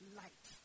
light